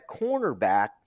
cornerback